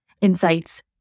insights